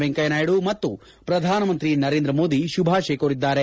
ವೆಂಕಯ್ಹನಾಯ್ಡ ಮತ್ತು ಪ್ರಧಾನಮಂತ್ರಿ ನರೇಂದ್ರ ಮೋದಿ ಶುಭಾಶೆಯ ಕೋರಿದ್ದಾರೆ